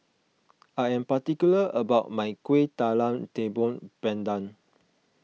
I am particular about my Kueh Talam Tepong Pandan